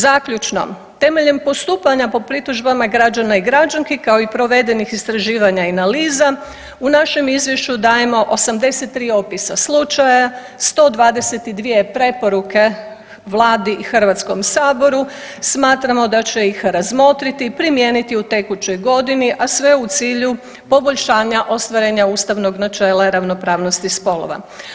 Zaključno, temeljem postupanja po pritužbama građana i građanki kao i provedenih istraživanja i analiza u našem izvješću dajemo 83 opisa slučaja, 122 preporuke Vladi i HS-u, smatramo da će ih razmotriti, primijeniti u tekućoj godini, a sve u cilju poboljšanja ostvarenja ustavnog načela ravnopravnosti spolova.